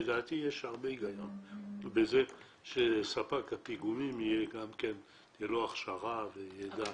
לדעתי יש הרבה היגיון בזה שספק הפיגומים גם לו תהיה הכשרה וידע.